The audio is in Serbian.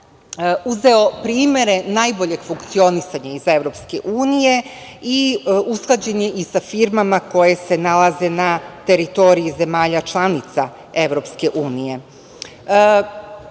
uzeo primere najboljeg funkcionisanja iz EU i usklađen je i sa firmama koje se nalaze na teritoriji zemalja članica EU.U